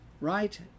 Right